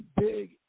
big